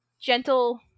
gentle